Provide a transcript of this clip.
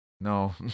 no